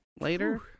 later